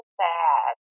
sad